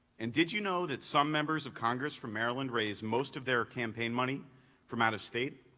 and did you know that some members of congress from maryland raised most of their campaign money from out of state?